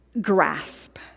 grasp